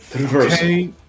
Okay